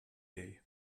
day